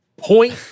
Point